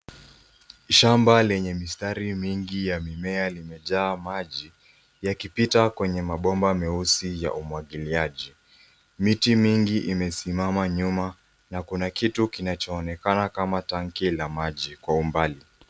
Shamba lenye mistari mingi ya mimea limejaa maji ,yakipita kwenye mabomba meusi ya umwagiliaji. Miti mingi imesimama nyuma na kuna kitu kinachoonekana kama tanki la maji kwa umbali.